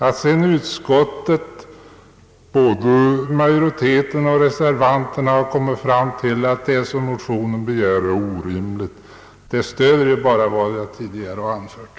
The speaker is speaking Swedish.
Att sedan utskottsmajoriteten och reservanterna kommit fram till att det som yrkas i motionen är orimligt stöder ju bara vad jag tidigare anfört.